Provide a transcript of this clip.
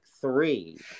three